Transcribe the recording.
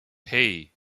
hei